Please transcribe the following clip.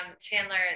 chandler